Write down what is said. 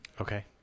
Okay